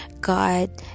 God